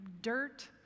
dirt